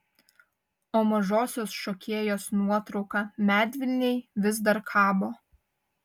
o mažosios šokėjos nuotrauka medvilnėj vis dar kabo